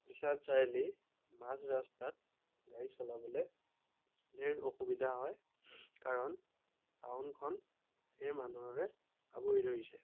বিশ্বনাথ চাৰিআলি মাজ ৰাস্তাত গাড়ী চলাবলৈ ধেৰ অসুবিধা হয় কাৰণ টাউনখন ধেৰ মানুহেৰে আৱৰি ধৰিছে